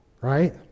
right